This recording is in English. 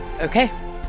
Okay